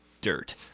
dirt